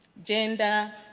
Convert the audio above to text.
gender,